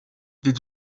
did